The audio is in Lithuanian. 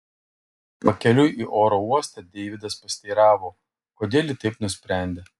pakeliui į oro uostą deividas pasiteiravo kodėl ji taip nusprendė